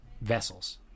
vessels